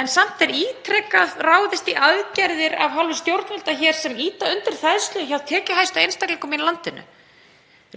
en samt er ítrekað ráðist í aðgerðir af hálfu stjórnvalda sem ýta undir þenslu hjá tekjuhæstu einstaklingunum í landinu.